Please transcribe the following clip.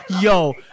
Yo